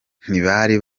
ntibari